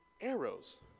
arrows